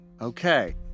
Okay